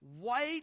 white